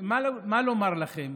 מה נאמר לכם?